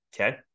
Okay